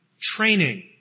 Training